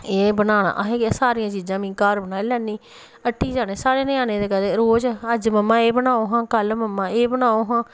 एह् बनाना एह् सारियां चीजां में घर बनाई लैन्नी हट्टी जाने साढ़े ञ्याने ते रोज अज्ज मम्मा एह् बनाओ हां कल मम्मा एह् बनाओ हां